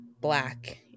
black